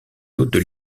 d’autre